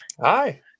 Hi